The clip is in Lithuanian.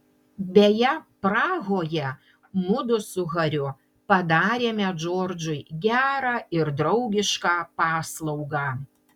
beje prahoje mudu su hariu padarėme džordžui gerą ir draugišką paslaugą